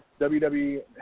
WWE